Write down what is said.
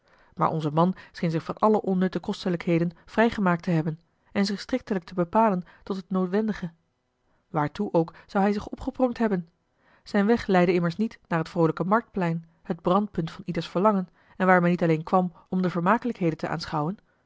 maar onze man scheen zich van alle onnutte kostelijkheden vrijgemaakt te hebben en zich striktelijk te bepalen tot het noodwendige waartoe ook zou hij zich opgepronkt hebben zijn weg leidde immers niet naar het vroolijke marktplein het brandpunt van ieders verlangen en waar men niet alleen kwam om de vermakelijkheden te aanschouwen